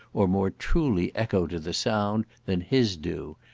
or more truly echo to the sound, than his do.